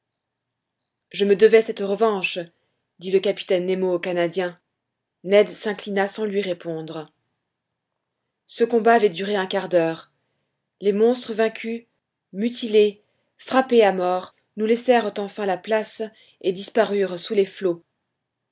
je me devais cette revanche dit le capitaine nemo au canadien ned s'inclina sans lui répondre ce combat avait duré un quart d'heure les monstres vaincus mutilés frappés à mort nous laissèrent enfin la place et disparurent sous les flots